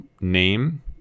Name